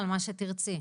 שתרצי?